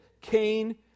Cain